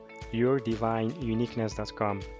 yourdivineuniqueness.com